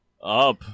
Up